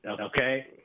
Okay